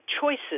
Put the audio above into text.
choices